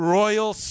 royal